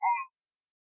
asked